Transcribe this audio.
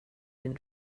den